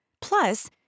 Plus